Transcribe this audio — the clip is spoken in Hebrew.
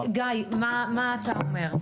גיא, מה אתה אומר?